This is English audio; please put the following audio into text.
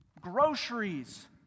groceries